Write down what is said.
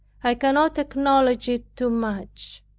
i cannot acknowledge it too much.